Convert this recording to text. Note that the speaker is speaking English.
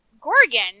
Gorgon